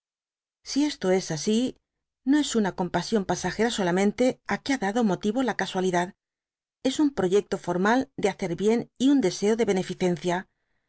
si esto es así no es una compasión pasagera solamente á que ha dado motivo la casualidad es un proyecto formal de hacer bien y un deseo de beneficencia